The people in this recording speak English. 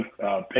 pay